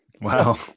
Wow